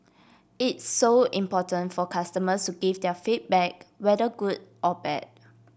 it's so important for customers to give their feedback whether good or bad